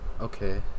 Okay